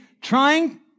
trying